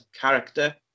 character